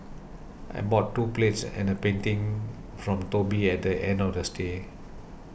I bought two plates and a painting from Toby at the end of the stay